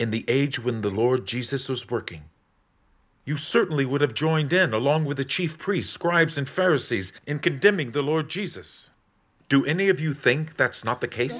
in the age when the lord jesus was working you certainly would have joined in along with the chief prescribes unfairnesses in condemning the lord jesus do any of you think that's not the case